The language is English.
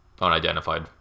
unidentified